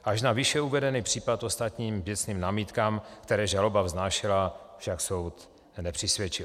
Až na výše uvedený případ ostatním věcným námitkám, které žaloba vznášela, však soud nepřisvědčil.